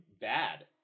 bad